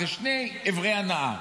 זה שני עברי הנהר.